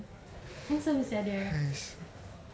handsome sia dia